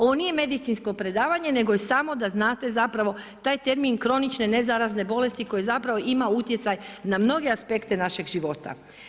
Ovo nije medicinsko predavanje nego je samo da znate zapravo taj termin kronične nezarazne bolesti koji zapravo ima utjecaj na mnoge aspekte našeg života.